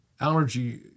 allergy